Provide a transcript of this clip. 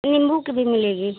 नीम्बू की भी मिलेगी